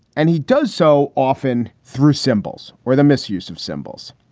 and he does so often through symbols or the misuse of symbols.